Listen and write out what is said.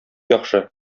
яхшы